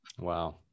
wow